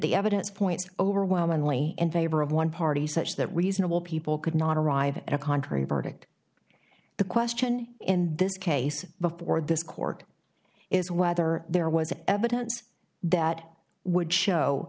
the evidence points overwhelmingly in favor of one party such that reasonable people could not arrive at a contrary verdict the question in this case before this court is whether there was evidence that would show